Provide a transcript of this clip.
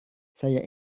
saya